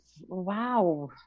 wow